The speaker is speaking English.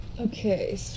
Okay